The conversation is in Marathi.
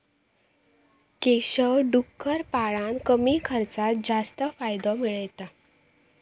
केशव डुक्कर पाळान कमी खर्चात जास्त फायदो मिळयता